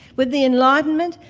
with the enlightenment,